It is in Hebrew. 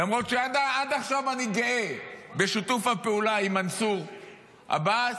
למרות שעד עכשיו אני גאה בשיתוף הפעולה עם מנסור עבאס,